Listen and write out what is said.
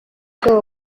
bwabo